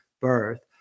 birth